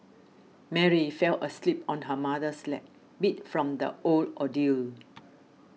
Mary fell asleep on her mother's lap beat from the whole ordeal